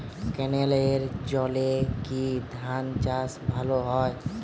ক্যেনেলের জলে কি ধানচাষ ভালো হয়?